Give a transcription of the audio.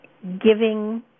giving